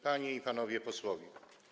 Panie i Panowie Posłowie!